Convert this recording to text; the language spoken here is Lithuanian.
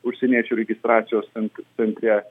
užsieniečių registracijos cen centre